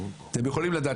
אתם יכולים לדעת.